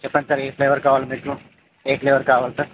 చెప్పండి సార్ ఏ ఫ్లేవర్ కావాలి మీకు ఏ ఫ్లేవర్ కావాలి సార్